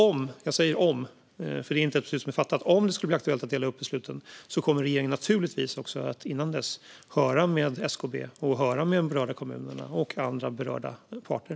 Om - jag säger om, för detta är inte ett beslut som är fattat - det skulle bli aktuellt att dela upp besluten kommer regeringen naturligtvis att innan dess höra med SKB, de berörda kommunerna och andra berörda parter.